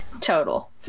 total